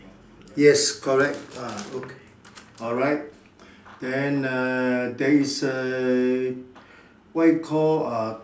yes correct ah okay alright then uh there is a what you call uh